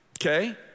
Okay